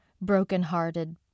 Broken-hearted